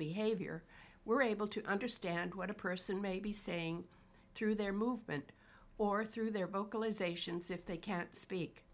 behavior we're able to understand what a person may be saying through their movement or through their vocalisations if they can't speak